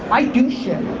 i do shit.